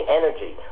energy